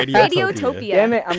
and radiotopia damn it,